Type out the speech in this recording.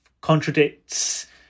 contradicts